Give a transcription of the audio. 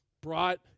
brought